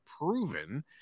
proven